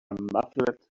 muffled